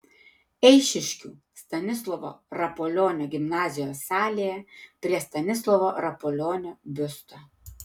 eišiškių stanislovo rapolionio gimnazijos salėje prie stanislovo rapolionio biusto